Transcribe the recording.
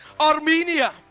Armenia